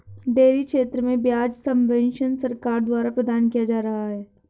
dairy क्षेत्र में ब्याज सब्वेंशन सरकार द्वारा प्रदान किया जा रहा है